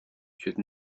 should